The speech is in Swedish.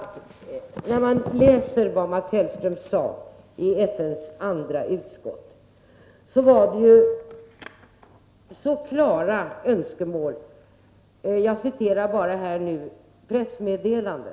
När man läser vad Mats Hellström sade i FN:s andra utskott, ser man ju att det gällde helt klara önskemål. Jag skall be att få citera ur pressmeddelandet.